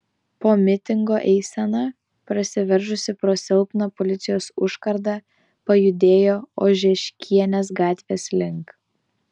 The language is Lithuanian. po mitingo eisena prasiveržusi pro silpną policijos užkardą pajudėjo ožeškienės gatvės link